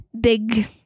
big